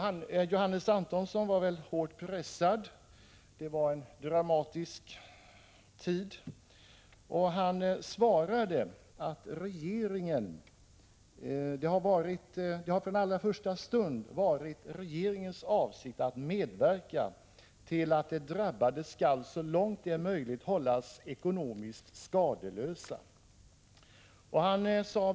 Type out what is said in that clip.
1985/86:159 hårt pressad — det var en dramatisk tid — och han svarade att det från allra 2 juni 1986 första stund varit regeringens avsikt att medverka till att de drabbade så långt det var möjligt skulle hållas ekonomiskt skadeslösa.